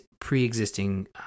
pre-existing